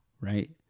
right